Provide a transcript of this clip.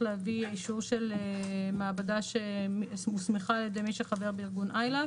להביא אישור של מעבדה שהוסמכה על ידי מי שחבר בארגון ILAC